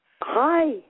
Hi